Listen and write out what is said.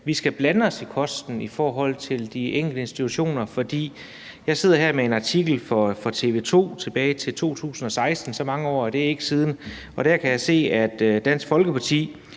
skal blande os i kosten i de enkelte institutioner, for jeg sidder her med en artikel fra TV 2 fra tilbage fra 2016 – så mange år er det ikke siden – og der kan jeg se, at Dansk Folkeparti